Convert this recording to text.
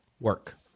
work